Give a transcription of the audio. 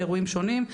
באירועים שונים,